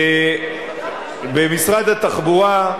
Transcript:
במשרד התחבורה,